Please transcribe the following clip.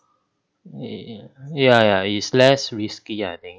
ya ya ya is less risky I think